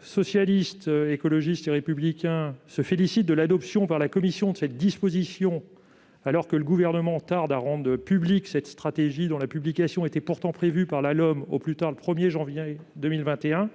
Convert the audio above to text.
Socialiste, Écologiste et Républicain se félicite de l'adoption, par la commission, de cette disposition, alors que le Gouvernement tarde à rendre publique cette stratégie, dont la publication était pourtant prévue, en vertu de la LOM, pour le 1 janvier 2021